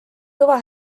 kõva